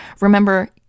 Remember